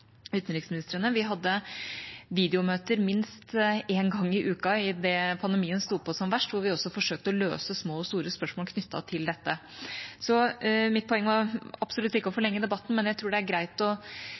utenriksministrene. Vi hadde videomøter minst en gang i uka da pandemien sto på som verst, hvor vi også forsøkte å løse små og store spørsmål knyttet til dette. Mitt poeng var absolutt ikke å